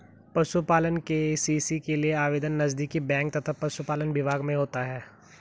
पशुपालन के.सी.सी के लिए आवेदन नजदीकी बैंक तथा पशुपालन विभाग में होता है